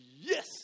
Yes